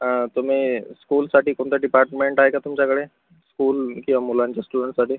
हां तुम्ही स्कूलसाठी कोणतं डिपार्टमेंट आहे का तुमच्याकडे स्कूल किंवा मुलांच्या स्टुडंटसाठी